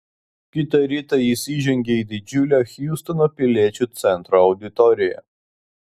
kitą rytą jis įžengė į didžiulę hjustono piliečių centro auditoriją